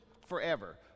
forever